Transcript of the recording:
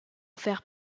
faire